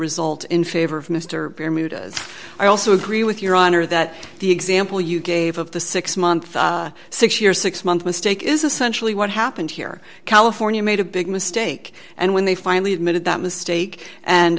result in favor of mister i also agree with your honor that the example you gave of the six month six year six month mistake is essentially what happened here california made a big mistake and when they finally admitted that mistake and